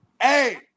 Hey